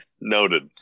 noted